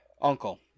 uncle